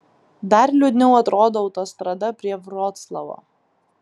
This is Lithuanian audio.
dar liūdniau atrodo autostrada prie vroclavo